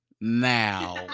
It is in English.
now